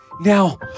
Now